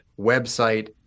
website